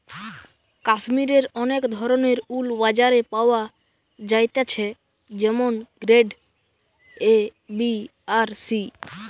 কাশ্মীরের অনেক ধরণের উল বাজারে পাওয়া যাইতেছে যেমন গ্রেড এ, বি আর সি